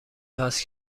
هست